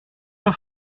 peu